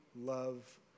love